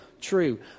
true